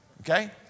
okay